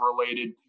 related